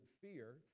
fear